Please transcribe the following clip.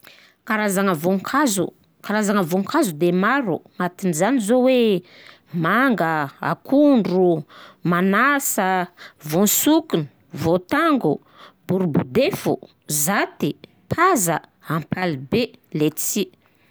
Karazagna vônkazo? Karazagna vônkazo de maro, agnatiny zany zô hoe: manga, akondro, manasa, voasokona, voatango, borobodefo, zaty, paza, ampalibe, letisy.